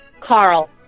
Carl